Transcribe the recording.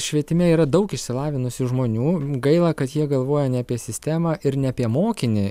švietime yra daug išsilavinusių žmonių gaila kad jie galvoja ne apie sistemą ir ne apie mokinį